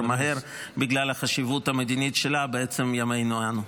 מהר בגלל החשיבות המדינית שלה בעצם ימינו אנו.